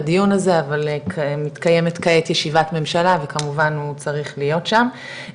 כאן בדיון הזה אבל מתקיימת כעת ישיבת ממשלה וכמובן הוא צריך להיות שם.